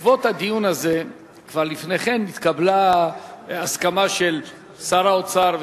כבר לפני כן התקבלה הסכמה של שר האוצר,